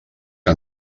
que